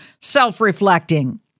self-reflecting